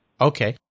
Okay